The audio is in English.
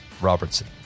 Robertson